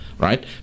right